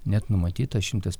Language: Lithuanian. net numatyta šimtas